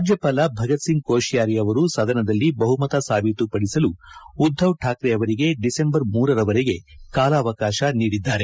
ರಾಜ್ಯಪಾಲ ಭಗತ್ ಸಿಂಗ್ ಕೋಶಿಯಾರಿ ಅವರು ಸದನದಲ್ಲಿ ಬಹುಮತ ಸಾಬೀತುಪದಿಸಲು ಉದ್ದವ್ ಠಾಕ್ರೆ ಅವರಿಗೆ ಡಿಸೆಂಬರ್ ಇರವರೆಗೆ ಕಾಲಾವಕಾಶ ನೀಡಿದ್ದಾರೆ